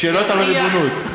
שאלות על ריבונות.